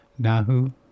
Nahu